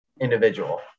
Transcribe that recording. individual